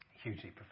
Hugely